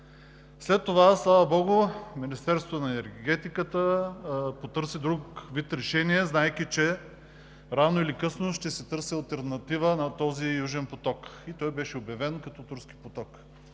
След това, слава богу, Министерството на енергетиката потърси друг вид решение, знаейки, че рано или късно ще се търси алтернатива на този „Южен поток“ и той беше обявен като „Турски поток“.